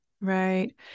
Right